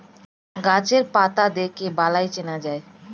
গাছের পাতা দেখে বালাই চেনা যায়